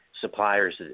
Suppliers